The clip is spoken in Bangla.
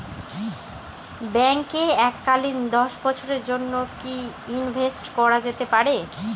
ব্যাঙ্কে এককালীন দশ বছরের জন্য কি ইনভেস্ট করা যেতে পারে?